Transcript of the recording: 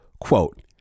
Quote